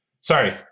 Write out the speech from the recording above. Sorry